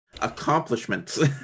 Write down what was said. accomplishments